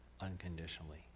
unconditionally